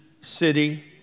city